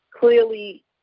clearly